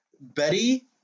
Betty